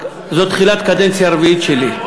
זו תחילת קדנציה רביעית שלי,